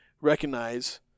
recognize